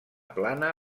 plana